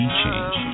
change